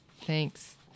Thanks